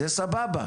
זה סבבה,